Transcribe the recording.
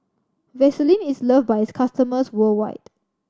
Vaselin is love by its customers worldwide